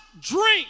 drink